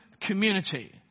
community